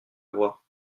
voir